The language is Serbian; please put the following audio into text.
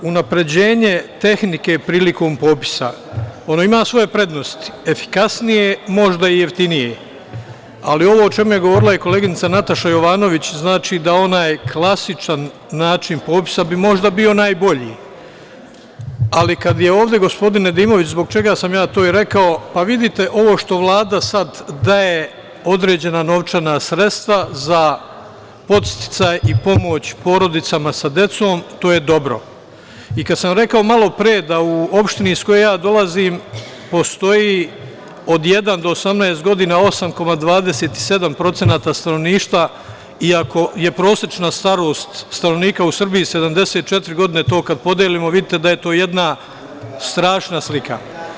Unapređenje tehnike prilikom popisa, ona ima svoje prednosti efikasnije, a možda i jeftinije, ali ovo o čemu je govorila koleginica Nataša Jovanović znači da bi onaj klasičan način popisa možda bio bolji, ali kad je ovde gospodin Nedimović, zbog čega sam ja to i rekao, pa vidite, ovo što Vlada sad daje određena novčana sredstva za podsticaj i pomoć porodicama sa decom, to je dobro i kad sam rekao malo pre da u opštini iz koje ja dolazim postoji od jedan do 18 godina 8,20% stanovništva i ako je prosečna starost stanovnika u Srbiji 74 godine, to kada podelimo vidite da je to jedna strašna slika.